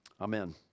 Amen